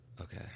Okay